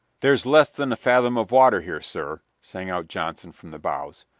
there's less than a fathom of water here, sir, sang out johnson from the bows.